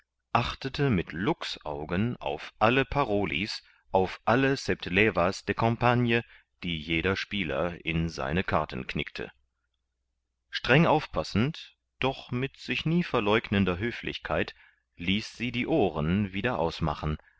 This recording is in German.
achtete mit luchsaugen auf alle paroli's auf alle septleva's de campagne die jeder spieler in seine karten knickte streng aufpassend doch mit nie sich verleugnender höflichkeit ließ sie die ohren wieder ausmachen